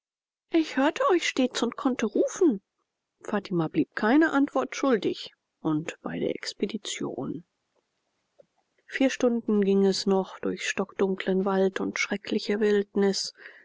ich hörte euch stets und konnte rufen fatima blieb keine antwort schuldig und bei der expedition vier stunden ging es noch durch stockdunklen wald und schreckliche wildnis